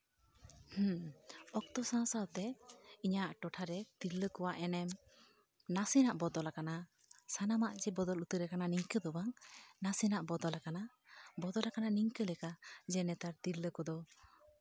ᱚᱠᱛᱚ ᱥᱟᱶ ᱥᱟᱶᱛᱮ ᱤᱧᱟᱹᱜ ᱴᱚᱴᱷᱟᱨᱮ ᱛᱤᱨᱞᱟᱹ ᱠᱚᱣᱟᱜ ᱮᱱᱮᱢ ᱱᱟᱥᱮᱱᱟᱜ ᱵᱚᱫᱚᱞ ᱠᱟᱱᱟ ᱥᱟᱱᱟᱢᱟᱜ ᱡᱮ ᱵᱚᱫᱚᱞ ᱩᱛᱟᱹᱨ ᱠᱟᱱᱟ ᱱᱚᱝᱠᱟᱹ ᱫᱚ ᱵᱟᱝ ᱱᱟᱥᱮᱱᱟᱜ ᱵᱚᱫᱚᱞ ᱠᱟᱱᱟ ᱵᱚᱫᱚᱞ ᱠᱟᱱᱟ ᱱᱤᱝᱠᱟᱹ ᱞᱮᱠᱟ ᱡᱮ ᱱᱮᱛᱟᱨ ᱛᱤᱨᱞᱟᱹ ᱠᱚᱫᱚ